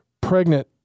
pregnant